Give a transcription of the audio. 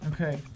Okay